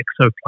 exoplanet